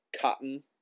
cotton